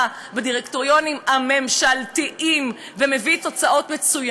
זאת אומרת, מישהו צריך לקבל אותו.